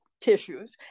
tissues